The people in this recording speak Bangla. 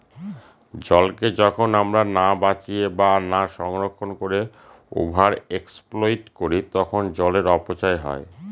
জলকে যখন আমরা না বাঁচিয়ে বা না সংরক্ষণ করে ওভার এক্সপ্লইট করি তখন জলের অপচয় হয়